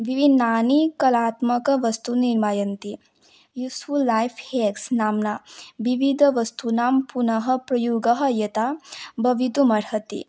विभिन्नानि कलात्मकवस्तूनि निर्मीयन्ते युस्फ़ुलैफ़् हेक्स् नाम्ना विविधवस्तूनां पुनः प्रयोगः यथा भवितुम् अर्हति